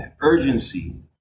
urgency